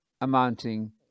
amounting